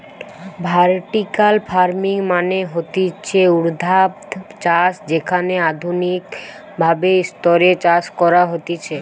vertical farming মানে হতিছে ঊর্ধ্বাধ চাষ যেখানে আধুনিক ভাবে স্তরে চাষ করা হতিছে